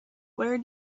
where